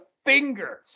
finger